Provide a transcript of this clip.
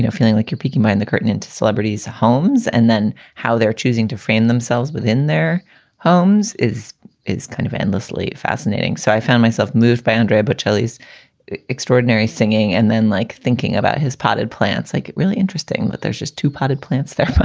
feeling like you're peeking my in the curtain into celebrities homes and then how they're choosing to frayne themselves within their homes is is kind of endlessly fascinating. so i found myself moved boundry but cellies extraordinary singing. and then like thinking about his potted plants, like really interesting that there's just two potted plants there.